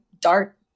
dark